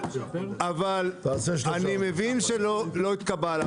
אני מבין שלא יתקבל,